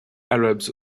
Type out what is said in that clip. arabs